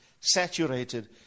saturated